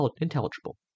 intelligible